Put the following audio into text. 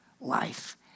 life